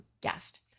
guest